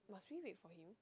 must we wait for him